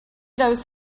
those